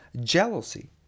jealousy